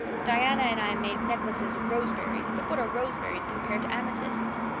diana and i make necklaces of roseberries but what are roseberries compared to amethysts?